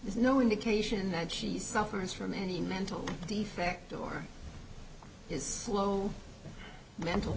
there's no indication that she suffers from any mental defect or his slow mental